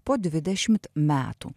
po dvidešimt metų